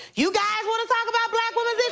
you guys want to talk about black women's